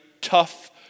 tough